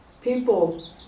people